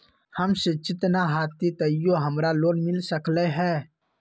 हम शिक्षित न हाति तयो हमरा लोन मिल सकलई ह?